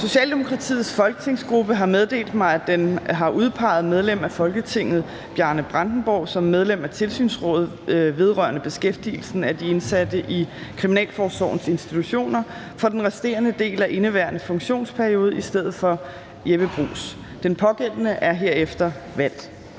Socialdemokratiets folketingsgruppe har meddelt mig, at den har udpeget medlem af Folketinget Bjørn Brandenborg som medlem af Tilsynsrådet vedrørende beskæftigelsen af de indsatte i kriminalforsorgens institutioner for den resterende del af indeværende funktionsperiode i stedet for Jeppe Bruus. Den pågældende er herefter valgt.